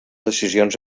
decisions